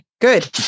good